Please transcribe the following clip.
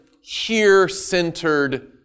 here-centered